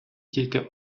тільки